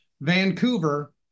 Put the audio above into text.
Vancouver